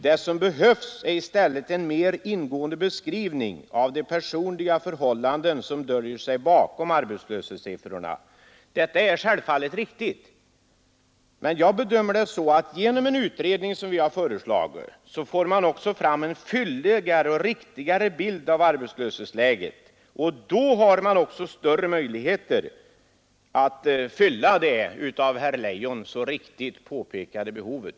Vad som behövs är en mer ingående beskrivning av de personliga förhållanden som döljer sig bakom arbetslöshetssiffrorna. Detta är självfallet riktigt, men jag bedömer det så att genom den utredning som vi föreslagit får man fram en fylligare och riktigare bild av arbetslöshetsläget, och då har man också större möjligheter att fylla det av herr Leijon så riktigt påpekade behovet.